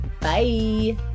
bye